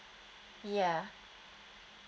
ya